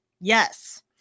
yes